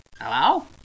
Hello